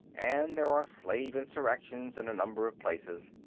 and there are slave insurrections in a number of places.